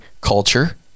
culture